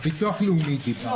על הביטוח הלאומי דיברתם?